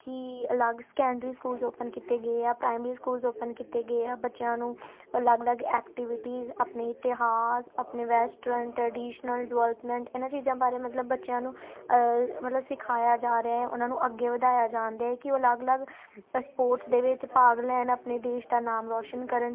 ਕਿ ਅਲੱਗ secondary schools open ਕੀਤੇ ਗਏ ਆ ਪ੍ਰਾਈਮਰੀ ਸਕੂਲਜ਼ ਓਪਨ ਕੀਤੇ ਗਏ ਆ ਬੱਚਿਆਂ ਨੂੰ ਅਲੱਗ ਅਲੱਗ ਐਕਟੀਵਿਟੀਜ਼ ਆਪਣੇ ਇਤਿਹਾਸ ਆਪਣੇ ਵੈਸਟਰਨ ਟ੍ਰੀਡੀਸ਼ਨਲ ਡਿਵੈਲਪਮੈਂਟ ਇਹਨਾਂ ਚੀਜ਼ਾਂ ਬਾਰੇ ਮਤਲਬ ਬੱਚਿਆਂ ਨੂੰ ਮਤਲਬ ਸਿਖਾਇਆ ਜਾ ਰਿਹਾ ਉਹਨਾਂ ਨੂੰ ਅੱਗੇ ਵਧਾਇਆ ਜਾਣਦਿਆ ਕਿ ਉਹ ਅਲੱਗ ਅਲੱਗ ਅ ਸਪੋਰਟਸ ਦੇ ਵਿੱਚ ਭਾਗ ਲੈਣ ਆਪਣੇ ਦੇਸ਼ ਦਾ ਨਾਮ ਰੌਸ਼ਨ ਕਰਨ